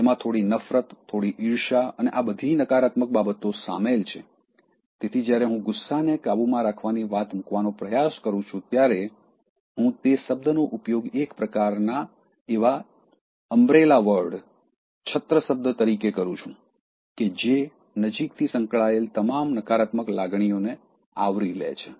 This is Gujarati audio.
તેમાં થોડી નફરત થોડી ઈર્ષ્યા અને આ બધી નકારાત્મક બાબતો સામેલ છે તેથી જ્યારે હું ગુસ્સાને કાબૂમાં રાખવાની વાત મૂકવાનો પ્રયાસ કરું છું ત્યારે હું તે શબ્દનો ઉપયોગ એક પ્રકારના એવા છત્ર શબ્દ તરીકે કરું છું કે જે નજીકથી સંકળાયેલ તમામ નકારાત્મક લાગણીઓને આવરી લે છે